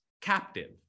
captive